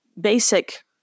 basic